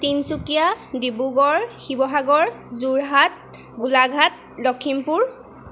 Tinsukia Dibrugarh Sivasagar Jorhat Golaghat Lakhimpur